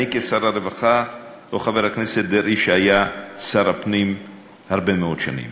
אני כשר הרווחה או חבר הכנסת דרעי שהיה שר הפנים הרבה מאוד שנים.